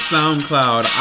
SoundCloud